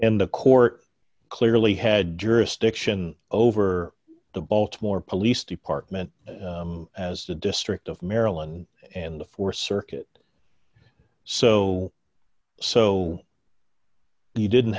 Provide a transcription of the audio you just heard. in the court clearly had jurisdiction over the baltimore police department as the district of maryland and the four circuit so so you didn't